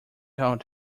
out